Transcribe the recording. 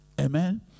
Amen